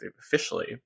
officially